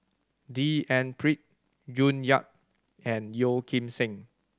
D N Pritt June Yap and Yeo Kim Seng